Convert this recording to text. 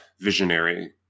visionary